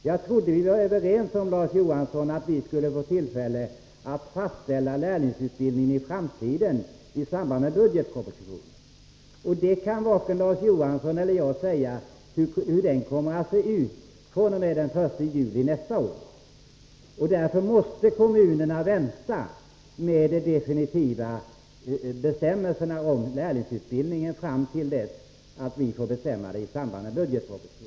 Jag trodde vi var överens om, Larz Johansson, att vi skulle få tillfälle att fastställa framtidens lärlingsutbildning i samband med behandlingen av budgetpropositionen. Hur den kommer att se ut fr.o.m. den 1 juli nästa år kan varken Larz Johansson eller jag säga. Därför måste kommunerna vänta med de definitiva bestämmelserna om lärlingsutbildningen till dess vi får bestämma inriktningen i samband med arbetet med budgetpropositionen.